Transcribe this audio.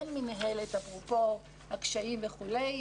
אין מינהלת, אפרופו הקשיים וכולי.